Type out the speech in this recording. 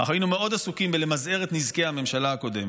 אבל אנחנו היינו מאוד עסוקים בלמזער את נזקי הממשלה הקודמת,